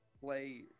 play